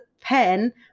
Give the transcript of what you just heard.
pen